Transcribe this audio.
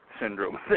syndrome